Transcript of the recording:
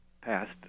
passed